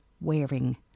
Wearing